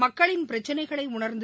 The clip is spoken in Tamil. மக்களின் பிரச்சனைகளை உணர்ந்து